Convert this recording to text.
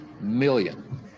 million